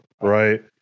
right